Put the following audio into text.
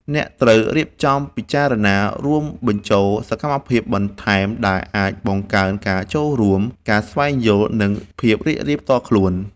អ្នករៀបចំត្រូវពិចារណារួមបញ្ចូលសកម្មភាពបន្ថែមដែលអាចបង្កើនការចូលរួម, ការស្វែងយល់ និងភាពរីករាយផ្ទាល់ខ្លួន។